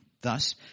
Thus